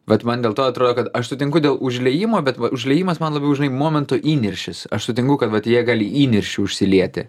vat man dėl to atrodo kad aš sutinku dėl užliejimo bet va užliejimas man labiau žinai momento įniršis aš sutinku kad vat jie gali įniršį užšsilieti